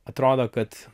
atrodo kad